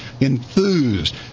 enthused